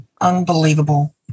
Unbelievable